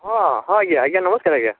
ହଁ ହଁ ଆଜ୍ଞା ଆଜ୍ଞା ନମସ୍କାର ଆଜ୍ଞା